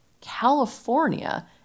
California